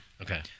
Okay